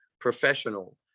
professional